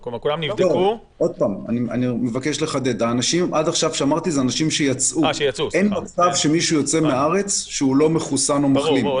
אין מי שיצא מן הארץ שהוא לא מחוסן או מחלים.